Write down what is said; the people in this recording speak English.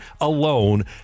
alone